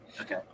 Okay